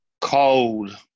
cold